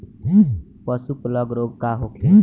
पशु प्लग रोग का होखे?